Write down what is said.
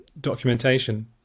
documentation